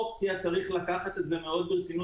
אני רוצה להודות על הפתיחה שלך ועל היוזמה,